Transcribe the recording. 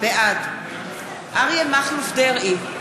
בעד אריה מכלוף דרעי,